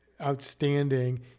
outstanding